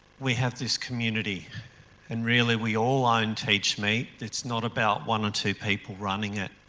we have this community and really we all own teachmeet, it's not about one or two people running it.